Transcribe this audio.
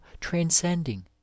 transcending